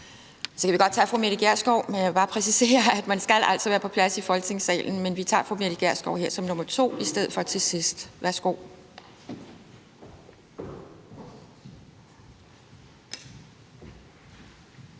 Så kan vi godt give ordet til fru Mette Gjerskov, men jeg vil bare præcisere, at man altså skal være på plads i Folketingssalen, når det er ens tur. Men vi tager fru Mette Gjerskov her som nummer to, i stedet for til sidst. Værsgo.